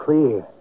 Clear